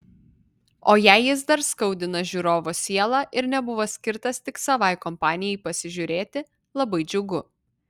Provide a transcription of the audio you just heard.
o jei jis dar skaudina žiūrovo sielą ir nebuvo skirtas tik savai kompanijai pasižiūrėti labai džiugu